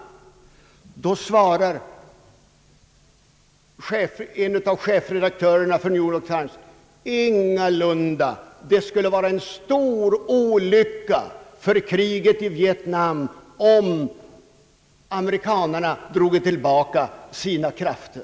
Då svarade chefredaktören: »Ingalunda! Det skulle vara en stor olycka för kriget i Vietnam om amerikanarna droge tillbaka sina krafter.»